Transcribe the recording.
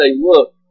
look